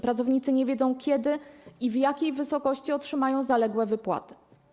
Pracownicy nie wiedzą, kiedy i w jakiej wysokości otrzymają zaległe wypłaty.